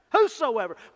whosoever